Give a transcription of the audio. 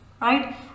Right